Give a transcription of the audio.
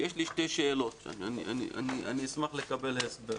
יש לי שתי שאלות ואני אשמח לקבל הסבר.